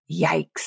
Yikes